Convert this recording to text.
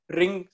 ring